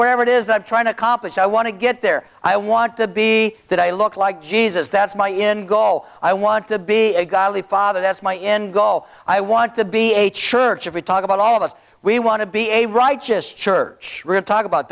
wherever it is that trying to accomplish i want to get there i want to be that i look like jesus that's my in goal i want to be a godly father that's my end goal i want to be a church if we talk about all of us we want to be a righteous church re